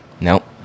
Nope